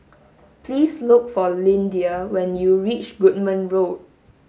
please look for Lyndia when you reach Goodman Road